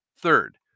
Third